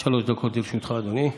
עד שלוש דקות לרשותך, אדוני.